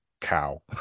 cow